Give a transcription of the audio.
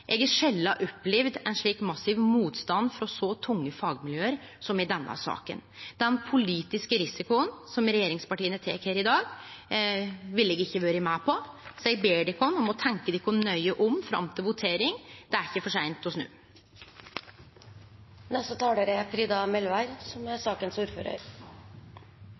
eg har sjeldan opplevd ein slik massiv motstand frå så tunge fagmiljø som i denne saka. Den politiske risikoen som regjeringspartia tek her i dag, vil eg ikkje vere med på, så eg ber dykk om å tenkje dykk nøye om fram til votering. Det er ikkje for seint